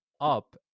up